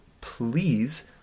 please